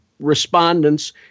respondents